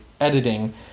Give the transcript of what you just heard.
editing